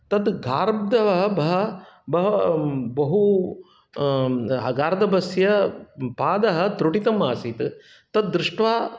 तत् गार्दभः बह् बहु गार्दभस्य पादः त्रुटितमासीत् तद्दृष्ट्वा